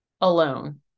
alone